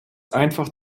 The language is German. einfach